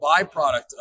byproduct